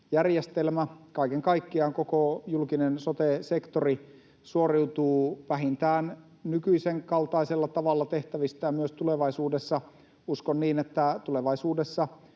ja kaiken kaikkiaan koko julkinen sote-sektori suoriutuu vähintään nykyisen kaltaisella tavalla tehtävistään myös tulevaisuudessa. Uskon, että tulevaisuudessa